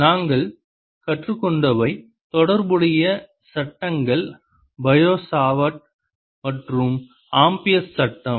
நாங்கள் கற்றுக்கொண்டவை தொடர்புடைய சட்டங்கள் பயோ சாவர்ட் மற்றும் ஆம்பியர்ஸ் சட்டம்